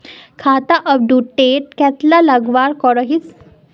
खाता अपटूडेट कतला लगवार करोहीस?